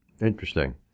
Interesting